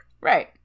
right